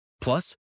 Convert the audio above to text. Plus